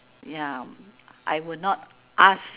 ya I would not ask